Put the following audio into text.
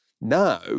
Now